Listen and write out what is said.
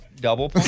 Double